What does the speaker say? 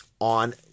on